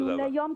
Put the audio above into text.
טיולי יום,